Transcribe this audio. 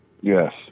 Yes